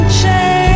change